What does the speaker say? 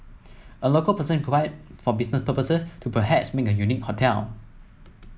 a local person could buy it for business purposes to perhaps make a unique hotel